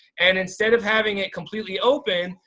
and instead of having it completely open,